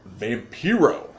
Vampiro